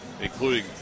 including